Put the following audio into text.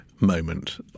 moment